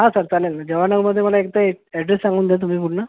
हा सर चालेल जवाहरनगरमध्ये मला एकदा अॅड्रेस सांगून द्या तुम्ही पूर्ण